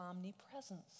omnipresence